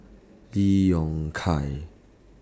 Lee Yong Kiat